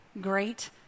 great